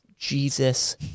jesus